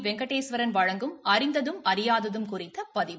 வெங்கடேஸ்வரன் வழங்கும் அறிந்ததும் அறியாததும் குறித்தபதிவு